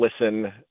listen